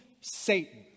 Satan